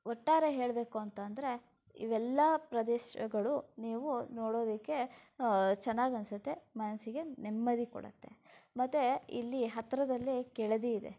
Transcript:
ಒಟ್ಟಾರೆ ಹೇಳಬೇಕು ಅಂತಂದರೆ ಇವೆಲ್ಲ ಪ್ರದೇಶಗಳು ನೀವು ನೋಡೋದಕ್ಕೆ ಚೆನ್ನಾಗನ್ಸತ್ತೆ ಮನಸ್ಸಿಗೆ ನೆಮ್ಮದಿ ಕೊಡತ್ತೆ ಮತ್ತು ಇಲ್ಲಿ ಹತ್ತಿರದಲ್ಲಿ ಕೆಳದಿ ಇದೆ